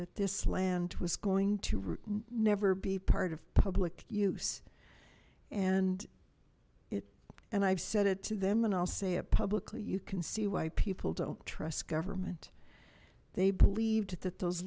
that this land was going to never be part of public use and it and i've said it to them and i'll say it publicly you can see why people don't trust government they believed that those